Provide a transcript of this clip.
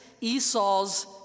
Esau's